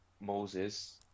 Moses